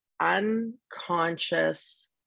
unconscious